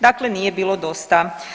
Dakle, nije bilo dosta.